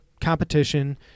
competition